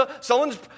someone's